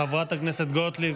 חברת הכנסת גוטליב.